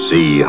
See